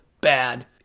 bad